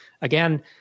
Again